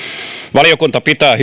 valiokunta pitää